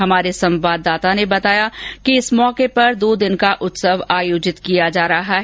हमारे संवाददाता ने बताया कि इस मौके पर दो दिन का उत्सव आयोजित किया जा रहा है